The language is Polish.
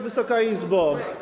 Wysoka Izbo!